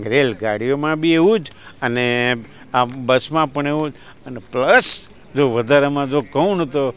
રેલગાડીઓમાં બી એવું જ આમ બસમાં પણ એવું જ અને પ્લસ અને જો વધારેમાં તો કહુંને તો